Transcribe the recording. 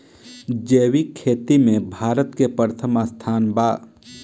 जैविक खेती में भारत के प्रथम स्थान बा